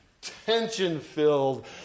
tension-filled